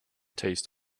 taste